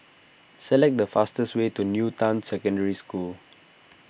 select the fastest way to New Town Secondary School